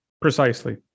Precisely